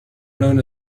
known